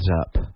up